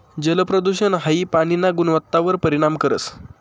जलप्रदूषण हाई पाणीना गुणवत्तावर परिणाम करस